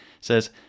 says